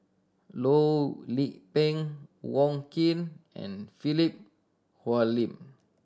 Loh Lik Peng Wong Keen and Philip Hoalim